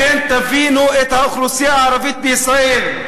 לכן תבינו את האוכלוסייה הערבית בישראל,